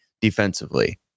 defensively